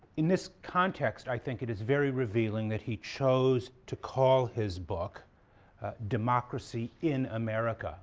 in this context, i think, it is very revealing that he chose to call his book democracy in america